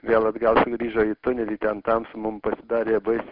vėl atgal sugrįžo į tunelį ten tamsu mum pasidarė baisi